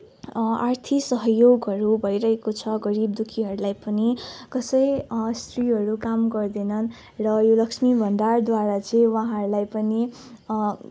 आर्थिक सहयोगहरू भइरहेको छ गरिब दुःखीहरूलाई पनि कसै स्त्रीहरू काम गर्दैनन् र यो लक्ष्मी भन्डारद्वारा चाहिँ उहाँहरूलाई पनि